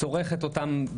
צורכת אותם,